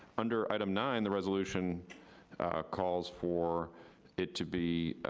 under item nine, the resolution calls for it to be